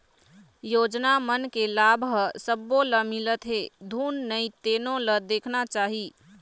योजना मन के लाभ ह सब्बो ल मिलत हे धुन नइ तेनो ल देखना चाही